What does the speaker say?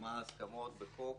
ומה ההסכמות על החוק,